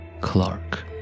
Clark